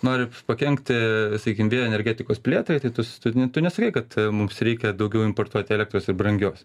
nori pakenkti sakykim vėjo energetikos plėtrai tai tu studini tu nesakei kad mums reikia daugiau importuoti elektros ir brangios